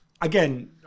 again